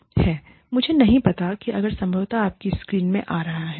मुझे नहीं पता अगर यह संभवतः आपकी स्क्रीन में आ रहा है